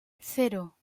cero